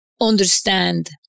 understand